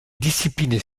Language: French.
disciplines